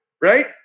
right